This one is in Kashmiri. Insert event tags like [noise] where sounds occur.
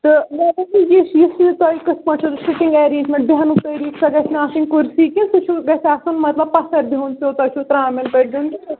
تہٕ [unintelligible] یُس یہِ چھُ تۄہہِ کِتھ پٲٹھۍ چھُ [unintelligible] بہنُک طریٖقہ سۄ گژھنہٕ آسٕنۍ کُرسی کہِ سُہ چھُو گژھِ آسُن مطلب پَتھَر بِہُن گوٚو تۄہہِ چھُو ترٛامٮ۪ن پٮ۪ٹھ دیُن